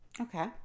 Okay